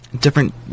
different